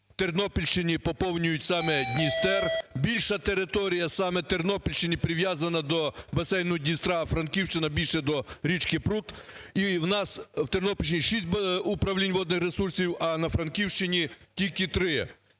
Тернопільщини поповнюють саме Дністер, більша територія саме Тернопільщини прив'язана до басейну Дністра, а Франківщина більше до річки Прут. І в нас у Тернопільщині шість управлінь водних ресурсів, а на Франківщині тільки